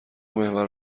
محور